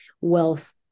wealth